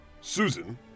Susan